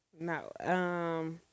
No